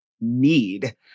need